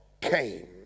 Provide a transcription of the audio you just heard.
came